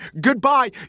goodbye